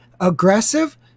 aggressive